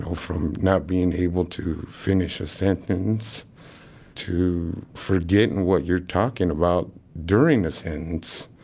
from not being able to finish a sentence to forgettin' what you're talking about during a sentence.